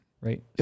Right